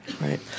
Right